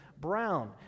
brown